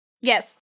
Yes